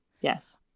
Yes